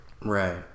Right